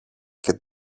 και